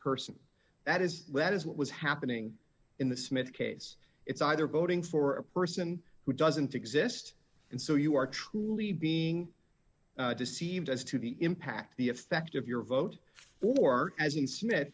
person that is that is what was happening in the smith case it's either voting for a person who doesn't exist and so you are truly being deceived as to the impact the effect of your vote for as the smith